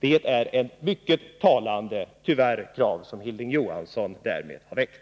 Det är tyvärr ett mycket talande krav som han därmed har väckt.